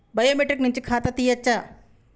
Biometric నుంచి ఖాతా తీయచ్చా?